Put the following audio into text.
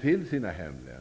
till sina hemländer.